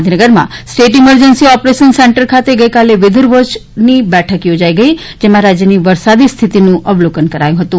ગાંધીનગરમાં state emergency operation centre ખાતે ગઇકાલે વેધર વોચની બેઠક યોજાઈ ગઈ જેમાં રાજ્યની વરસાદી સ્થિતિનું અવલોકન કરાયું છી